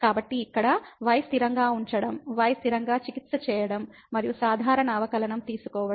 కాబట్టి ఇక్కడ y స్థిరంగా ఉంచడం y స్థిరంగా చికిత్స చేయడం మరియు సాధారణ అవకలనంతీసుకోవడం